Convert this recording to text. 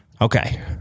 Okay